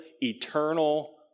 eternal